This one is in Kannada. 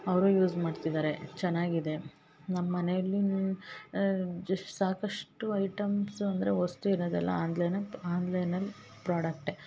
ಅವರು ಯೂಸ್ ಮಾಡ್ತಿದ್ದಾರೆ ಚೆನ್ನಾಗಿದೆ ನಮ್ಮ ಮನೇಲಿ ಜಸ್ಟ್ ಸಾಕಷ್ಟು ಐಟಮ್ಸ್ ಅಂದರೆ ವಸ್ತು ಇರೋದೆಲ್ಲ ಆನ್ಲೈನಾಗ ಆನ್ಲೈನಲ್ಲಿ ಪ್ರಾಡಕ್ಟೆ